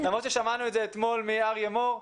למרות ששמענו את זה אתמול מאריה מור,